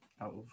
out